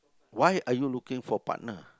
why are you looking for partner